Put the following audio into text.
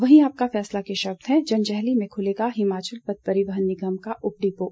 वहीं आपका फैसला के शब्द हैं जंजैहली में खुलेगा हिमाचल पथ परिवहन निगम का उप डिपो